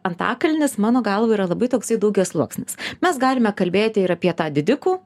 antakalnis mano galva yra labai toksai daugiasluoksnis mes galime kalbėti ir apie tą didikų